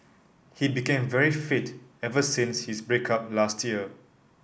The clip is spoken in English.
he became very fit ever since his break up last year